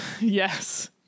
Yes